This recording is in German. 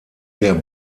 der